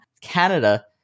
Canada